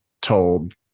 told